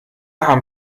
haben